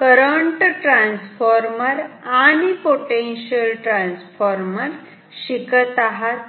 current transformer आणि potential transformer शिकत आहोत